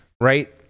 right